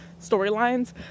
storylines